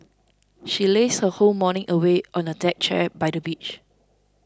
she lazed her whole morning away on a deck chair by the beach